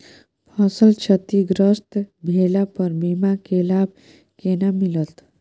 फसल क्षतिग्रस्त भेला पर बीमा के लाभ केना मिलत?